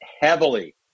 heavily